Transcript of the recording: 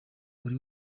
buri